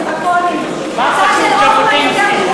ז'בוטינסקי ויחסה להצעת החוק הזו.